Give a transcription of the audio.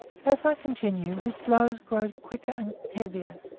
as i continue, his blows grow quicker and heavier,